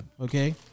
okay